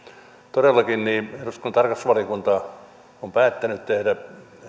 todellakin eduskunnan tarkastusvaliokunta on päättänyt tehdä